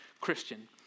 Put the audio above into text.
Christian